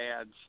ads